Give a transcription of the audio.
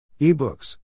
ebooks